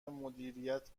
مدیریت